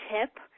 tip